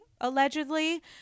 allegedly